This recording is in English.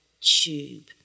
Tube